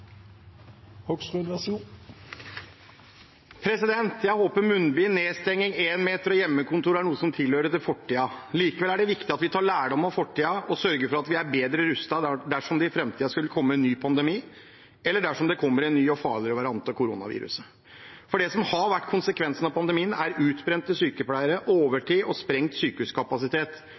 Jeg håper munnbind, nedstenging, 1-meter og hjemmekontor er noe som tilhører fortiden. Likevel er det viktig at vi tar lærdom av fortiden og sørger for å være bedre rustet dersom det i framtiden skulle komme en ny pandemi, eller dersom det kommer en ny og farligere variant av koronaviruset. For det som har vært konsekvensen av pandemien, er utbrente sykepleiere, overtid og sprengt sykehuskapasitet.